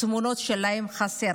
התמונות שלהם חסרות.